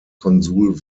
konsul